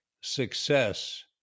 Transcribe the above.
success